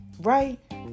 Right